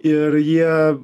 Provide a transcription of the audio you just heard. ir jie